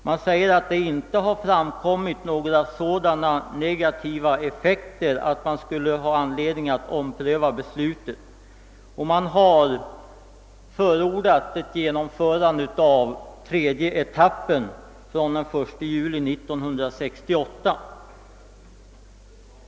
Man har nämligen sagt, att det inte har framkommit några sådana negativa effekter att det skulle finnas anledning att ompröva beslutet, och delegationen har därför förordat ett genomförande av den tredje etappen fr.o.m. den 1 juli 1968.